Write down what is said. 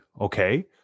Okay